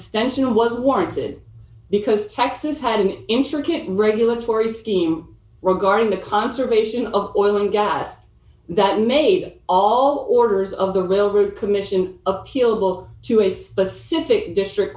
abstention was warranted because texas had an intricate regulatory scheme regarding the conservation of oil and gas that made all orders of the railroad commission appealable to a specific district